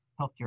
healthcare